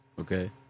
okay